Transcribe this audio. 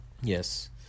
Yes